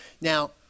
Now